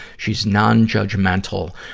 she's non-judgmental,